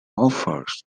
offers